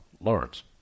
Lawrence